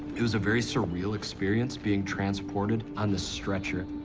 it was a very surreal experience being transported on the stretcher.